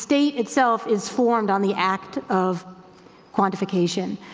state itself is formed on the act of quantification.